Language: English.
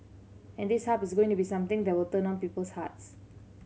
and this Hub is going to be something that will turn on people's hearts